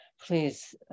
Please